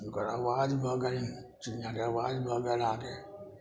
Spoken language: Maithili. हुनकर आवाज भऽ गेलनि चिड़ियाँके आवाज भऽ गेल अहाँके